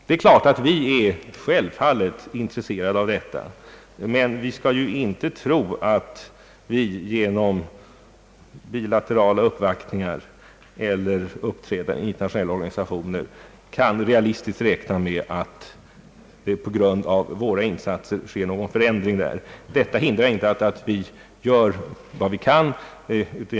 Självfallet är vi intresserade av detta, men man skall inte tro att vi genom bilaterala uppvaktningar eller uppträdanden i internationella organisationer kan realistiskt räkna med att det på grund av våra in satser sker någon förändring. Detta hindrar inte att vi gör vad vi kan.